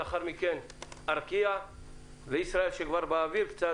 לאחר מכן ארקיע וישראייר שכבר באוויר קצת